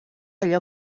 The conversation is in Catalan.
allò